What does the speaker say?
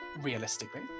realistically